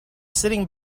sitting